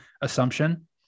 assumption